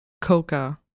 coca